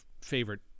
favorite